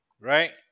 right